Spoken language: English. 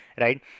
right